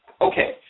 okay